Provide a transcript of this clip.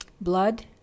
blood